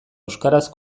euskaraz